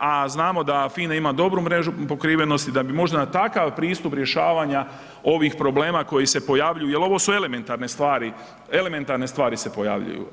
a znamo da FINA ima dobru mrežu pokrivenosti da bi možda na takav pristup rješavanja ovih problema koji se pojavljuju, jer ovo su elementarne stvari, elementarne stvari se pojavljuju.